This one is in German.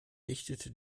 dichtete